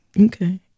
Okay